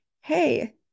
hey